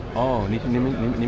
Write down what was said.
nice and to meet you